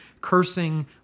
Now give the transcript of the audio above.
cursing